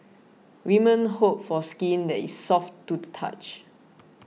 women hope for skin that is soft to the touch